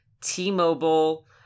T-Mobile